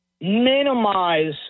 minimize